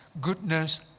goodness